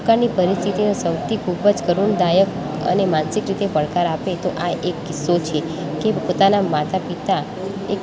દુકાનની પરિસ્થિતિનો સૌથી ખૂબ જ કરુણદાયક અને માનસિક રીતે પડકાર આપે તો આ એક કિસ્સો છે કે પોતાના માતા પિતા